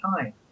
time